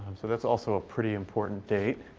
so that's also a pretty important date.